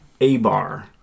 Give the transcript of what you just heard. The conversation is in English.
Abar